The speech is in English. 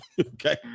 Okay